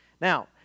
Now